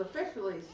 officially